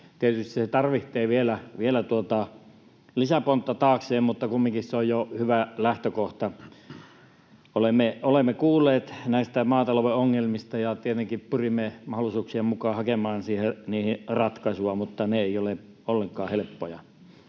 Tietysti se tarvitsee vielä lisäpontta taakseen, mutta kumminkin se on jo hyvä lähtökohta. Olemme kuulleet näistä maatalouden ongelmista, ja tietenkin pyrimme mahdollisuuksien mukaan hakemaan niihin ratkaisua, mutta ne eivät ole ollenkaan helppoja.